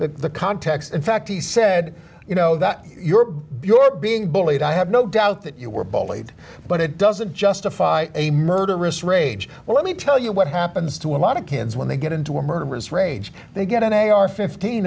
the context in fact he said you know that your you're being bullied i have no doubt that you were bullied but it doesn't justify a murderous rage well let me tell you what happens to a lot of kids when they get into a murderous rage they get an a r fifteen